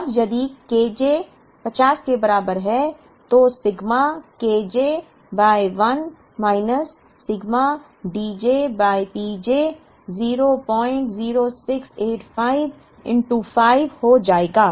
अब यदि K j 50 के बराबर है तो sigma Kj by 1 minus sigma Dj by P J 00685 5 हो जाएगा